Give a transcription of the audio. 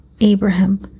Abraham